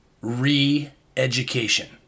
re-education